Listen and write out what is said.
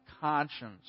conscience